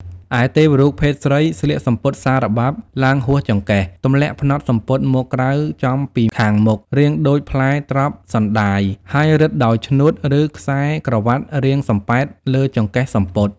ឯទេវរូបភេទស្រីស្លៀកសំពត់សារបាប់ឡើងហួសចង្កេះ ទម្លាក់ផ្នត់សំពត់មកក្រៅចំពីខាងមុខ រាងដូចផ្លែត្រប់សណ្ដាយ ហើយរឹតដោយឈ្នួត ឬខ្សែក្រវាត់រាងសំប៉ែតលើចង្កេះសំពត់។